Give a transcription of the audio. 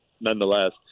nonetheless